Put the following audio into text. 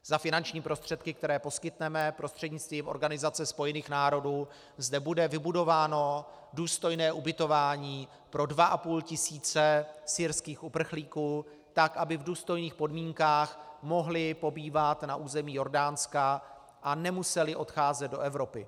Za finanční prostředky, které poskytneme prostřednictvím Organizace spojených národů, zde bude vybudováno důstojné ubytování pro 2 500 syrských uprchlíků tak, aby v důstojných podmínkách mohli pobývat na území Jordánska a nemuseli odcházet do Evropy.